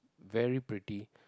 very pretty